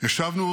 השבנו